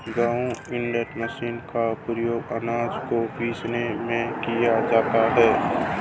grinder machine का उपयोग आनाज को पीसने में किया जाता है